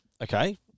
Okay